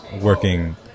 working